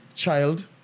child